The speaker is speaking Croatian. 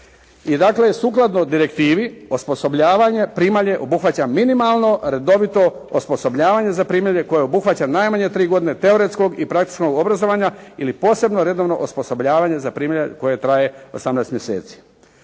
dakle sukladno direktivi osposobljavanje primalje obuhvaća minimalno redovito osposobljavanje za primalje koje obuhvaća najmanje tri godine teoretskog i praktičnog obrazovanja ili posebno redovno osposobljavanje za primalje koje traje 18 mjeseci.